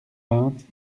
vingt